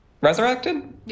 resurrected